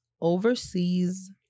Overseas